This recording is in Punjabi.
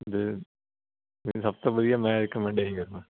ਅਤੇ ਸਭ ਤੋਂ ਵਧੀਆ ਮੈਂ ਰਿਕਮੈਂਡ ਇਹੀ ਕਰਦਾ